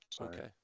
Okay